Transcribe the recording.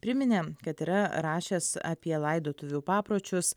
priminė kad yra rašęs apie laidotuvių papročius